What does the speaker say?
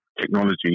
technology